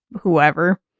whoever